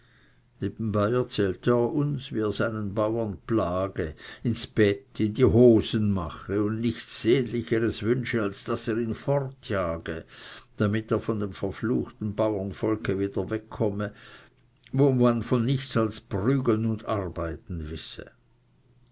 nebenbei erzählte er uns wie er seinen bauern plage ins bett in die hosen mache und nichts sehnlicheres wünsche als daß er ihn fortjage damit er von dem verfluchten bauernvolke wieder wegkomme wo man von nichts als von prügeln und arbeiten wisse